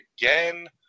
again